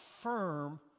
firm